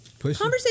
Conversation